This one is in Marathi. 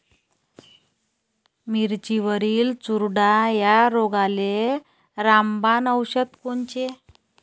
मिरचीवरील चुरडा या रोगाले रामबाण औषध कोनचे?